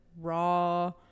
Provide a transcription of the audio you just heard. raw